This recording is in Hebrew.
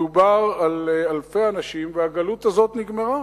מדובר על אלפי אנשים, והגלות הזאת נגמרה.